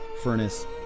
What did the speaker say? furnace